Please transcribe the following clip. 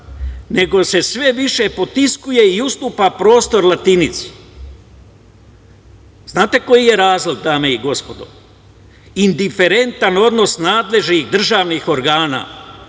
nego se sve više potiskuje i ustupa prostor latinici. Znate koji je razlog, dame i gospodo? Indiferentan odnos nadležnih državnih organa